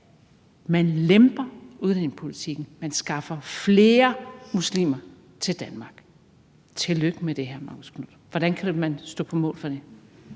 man lemper udlændingepolitikken, man skaffer flere muslimer til Danmark, til lykke med det, hr. Marcus Knuth. Hvordan kan man stå på mål for det?